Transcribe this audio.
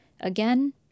Again